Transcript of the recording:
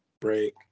break